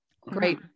Great